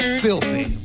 filthy